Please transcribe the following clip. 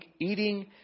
eating